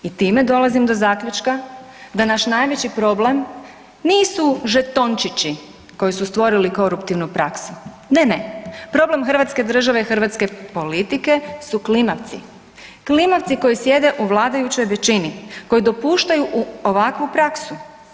I time dolazim do zaključka da naš najveći problem nisu žetončići koji su stvorili koruptivnu praksu, ne, ne, problem hrvatske države i hrvatske politike su klimavci, klimavci koji sjede u vladajućoj većini, koji dopuštaju ovakvu praksu.